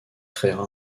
créera